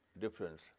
difference